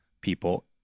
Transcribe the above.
people